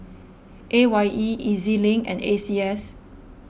A Y E E Z Link and A C S